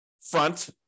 front